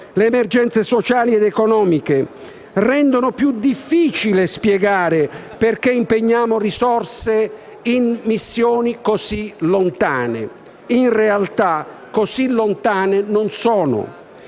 le emergenze sociali ed economiche rendono più difficile spiegare perché impegniamo risorse in missioni così lontane. In realtà, esse così lontane non sono